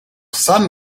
son